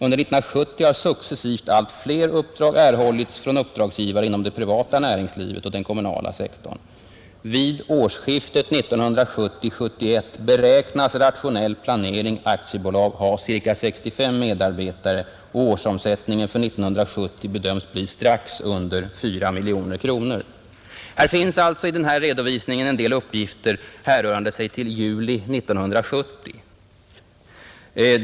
Under 1970 har successivt allt fler uppdrag erhållits från uppdragsgivare inom det privata näringslivet och den kommunala sektorn. Vid årsskiftet 1970/71 beräknas Rationell Planering AB ha ca 65 medarbetare och årsomsättningen för 1970 Nr 87 bedöms bli strax under 4 mkr.” Fredagen den I denna redovisning finns alltså en del uppgifter härrörande sig till juli — 14 maj 1971 1970.